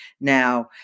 now